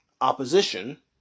opposition